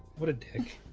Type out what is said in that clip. what a dick